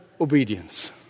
obedience